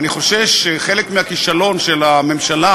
אני חושש שחלק מהכישלון של הממשלה